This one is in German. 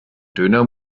döner